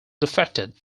defected